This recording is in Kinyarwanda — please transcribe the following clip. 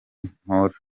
mpora